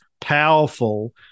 powerful